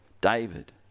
David